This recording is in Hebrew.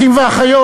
אחים ואחיות.